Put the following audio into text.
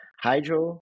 hydro